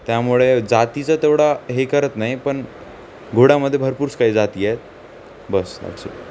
त्यामुळे जातीचं तेवढा हे करत नाही पण घोडामध्ये भरपूरच काही जाती आहेत बस दॅटस् इट